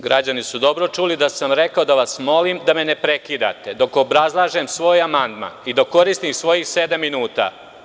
Građani su dobro čuli da sam rekao da vas molim da me ne prekidate dok obrazlažem svoj amandman i dok koristim svojih sedam minuta.